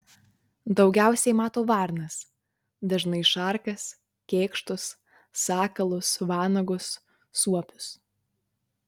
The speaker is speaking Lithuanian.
daugiausiai mato varnas dažnai šarkas kėkštus sakalus vanagus suopius